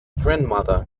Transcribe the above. grandmother